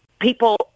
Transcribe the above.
people